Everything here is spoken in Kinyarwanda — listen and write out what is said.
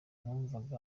numvaga